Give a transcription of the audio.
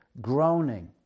groaning